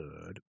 third